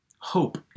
hope